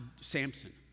Samson